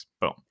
boom